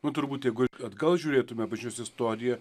nu turbūt jeigu atgal žiūrėtume pačios istoriją